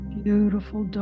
beautiful